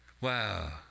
Wow